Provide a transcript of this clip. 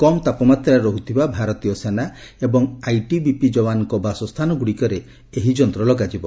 କମ୍ ତାପମାତ୍ରାରେ ରହୁଥିବା ଭାରତୀୟ ସେନା ଏବଂ ଆଇଟିବିପି ଯବାନଙ୍କ ବାସସ୍ଥାନଗ୍ରଡିକରେ ଏହି ଯନ୍ତ୍ର ଲଗାଯିବ